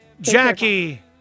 Jackie